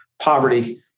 poverty